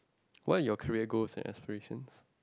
what are your career goals and aspirations